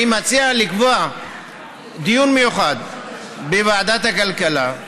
אני מציע לקבוע דיון מיוחד בוועדת הכלכלה.